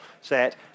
set